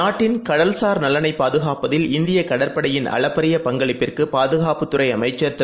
நாட்டின் கடல்சார் நலன்களைபாதுகாப்பதில் இந்தியக் கடற்படையின் அளப்பரிய பங்களிப்பிற்குபாதுகாப்புத்துறைஅமைச்சர் திரு